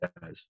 guys